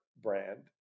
brand